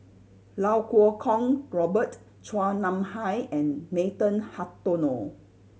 Lau Kuo Kwong Robert Chua Nam Hai and Nathan Hartono